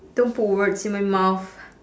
don't put words in my mouth